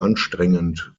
anstrengend